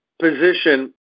position